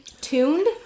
tuned